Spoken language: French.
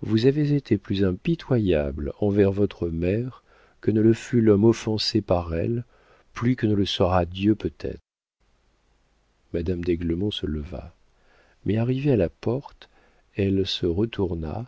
vous avez été plus impitoyable envers votre mère que ne le fut l'homme offensé par elle plus que ne le sera dieu peut-être madame d'aiglemont se leva mais arrivée à la porte elle se retourna